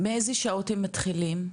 מאיזה שעות הם מתחילים?